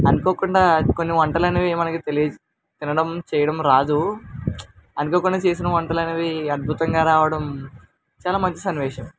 అనుకోకుండా కొన్ని వంటలనేవి మనకి తెలియచ తినడం చేయడం రాదు అనుకోకుండా చేసిన వంటలనేవి అద్భుతంగా రావడం చాలా మంచి సన్నివేశం